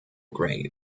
gray